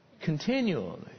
continually